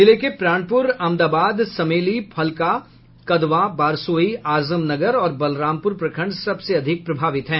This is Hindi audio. जिले के प्रांणपुर अमदाबाद समेली फलका कदवा बारसोई आजमनगर और बलरामपुर प्रखंड सबसे अधिक प्रभावित हैं